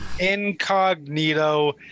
incognito